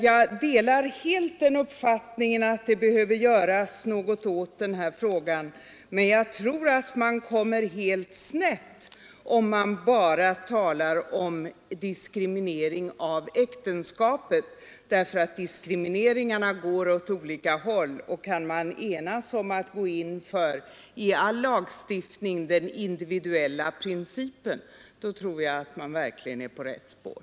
Jag delar helt uppfattningen att någonting behöver göras åt frågan, men jag tror att man kommer helt snett, om man bara talar om diskriminering av äktenskapet — diskrimineringen går åt olika håll. Kan man däremot enas om att i all lagstiftning gå in för den individuella principen, tror jag att man är på rätt spår.